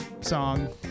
song